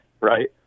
right